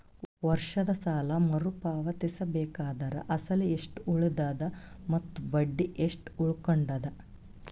ವರ್ಷದ ಸಾಲಾ ಮರು ಪಾವತಿಸಬೇಕಾದರ ಅಸಲ ಎಷ್ಟ ಉಳದದ ಮತ್ತ ಬಡ್ಡಿ ಎಷ್ಟ ಉಳಕೊಂಡದ?